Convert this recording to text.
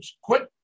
quit